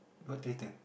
what traitor